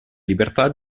libertà